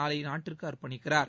நாளை நாட்டிற்கு அர்ப்பணிக்கிறார்